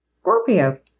Scorpio